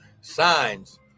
signs